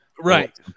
right